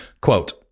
quote